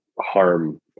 harm